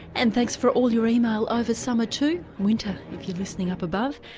and thanks for all your email over summer too, winter if you're listening up above.